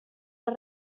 les